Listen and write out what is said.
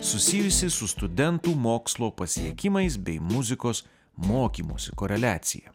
susijusį su studentų mokslo pasiekimais bei muzikos mokymosi koreliacija